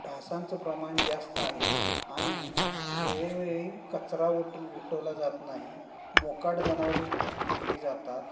डासाचं प्रमाण जास्त आहे आणि वेळोवेळी कचरा उट उठवला जात नाही मोकाट जनावरी फिरली जातात